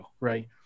right